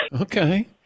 Okay